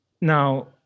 Now